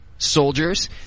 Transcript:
soldiers